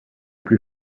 plus